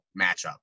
matchup